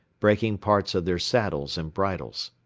breaking parts of their saddles and bridles.